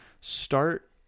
start